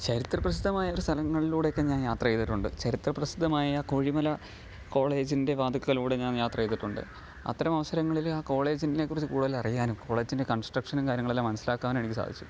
ചരിത്ര പ്രസിദ്ധമായ ഒരു സ്ഥലങ്ങളിലൂടെയൊക്കെ ഞാൻ യാത്ര ചെയ്തിട്ടുണ്ട് ചരിത്ര പ്രസിദ്ധമായ കോഴിമല കോളേജിൻ്റെ വാതിൽക്കലിലൂടെ ഞാൻ യാത്ര ചെയ്തിട്ടുണ്ട് അത്തരം അവസരങ്ങളിൽ ആ കോളേജിനെ കുറിച്ച് കൂടുതൽ അറിയാനും കോളേജിൻ്റെ കൺസ്ട്രക്ഷനും കാര്യങ്ങളെല്ലാം മനസ്സിലാക്കാനും എനിക്ക് സാധിച്ചു